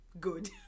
good